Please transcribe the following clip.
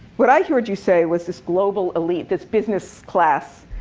what i heard you say was, this global elite, this business class.